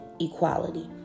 equality